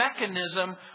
mechanism